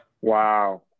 Wow